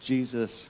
Jesus